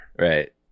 Right